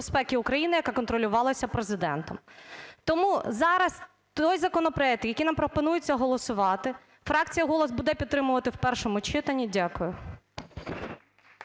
безпеки України, яка контролювалася Президентом. Тому зараз той законопроект, який нам пропонується голосувати фракція "Голос" буде підтримувати в першому читанні. Дякую.